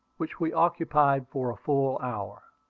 which we occupied for a full hour.